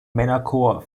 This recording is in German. männerchor